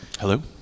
Hello